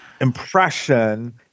impression